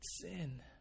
sin